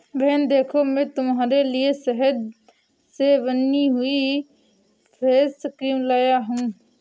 बहन देखो मैं तुम्हारे लिए शहद से बनी हुई फेस क्रीम लाया हूं